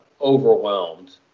overwhelmed